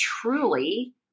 truly